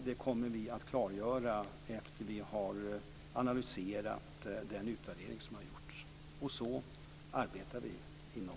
Det kommer vi att klargöra efter det att vi har analyserat den utvärdering som har gjorts. Så arbetar vi inom regeringen.